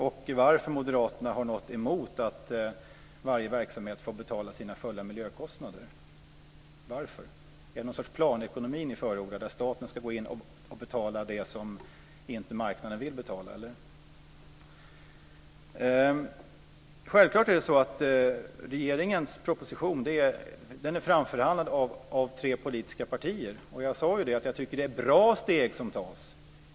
Varför har Moderaterna något emot att varje verksamhet får betala sina fulla miljökostnader? Är det något slags planekonomi som ni förordar, där staten ska gå in och betala det som inte marknaden vill betala, eller? Självfallet är det så att regeringens proposition är framförhandlad av tre politiska partier. Jag sa ju att jag tycker att det är bra steg som tas.